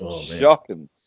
Shocking